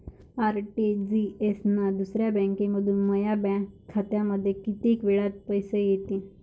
RTGS न दुसऱ्या बँकेमंधून माया बँक खात्यामंधी कितीक वेळातं पैसे येतीनं?